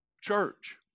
church